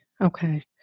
Okay